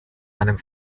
einem